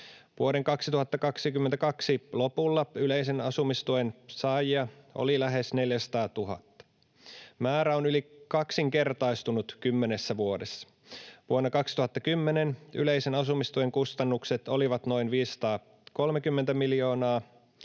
Vuoden 2022 lopulla yleisen asumistuen saajia oli lähes 400 000. Määrä on yli kaksinkertaistunut kymmenessä vuodessa. Vuonna 2010 yleisen asumistuen kustannukset olivat noin 530 miljoonaa,